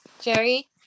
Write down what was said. Jerry